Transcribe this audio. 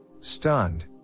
stunned